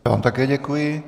Já vám také děkuji.